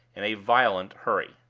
in a violent hurry.